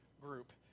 group